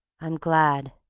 i'm glad,